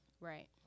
right